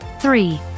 Three